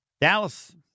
Dallas